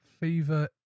Fever